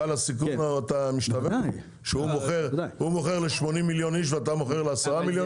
--- שהוא מוכר ל-80 מיליון איש ואתה מוכר ל-10 מיליון איש?